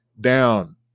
down